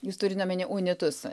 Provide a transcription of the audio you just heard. jūs turit omeny unitus